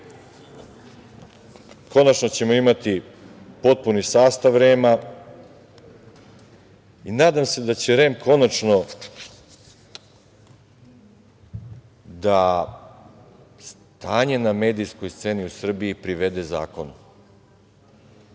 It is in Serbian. Konačno ćemo imati potpuni sastav REM-a i nadam se da će REM konačno da stanje na medijskoj sceni u Srbiji privede zakonu.